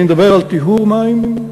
אני מדבר על טיהור מים,